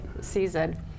season